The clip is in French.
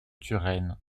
turenne